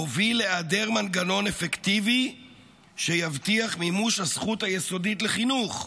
הוביל להיעדר מנגנון אפקטיבי שיבטיח מימוש של הזכות היסודית לחינוך.